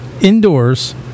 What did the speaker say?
Indoors